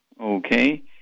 Okay